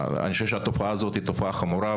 אני חושב שהתופעה הזו היא חמורה.